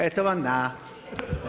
Eto vam na!